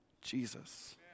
Jesus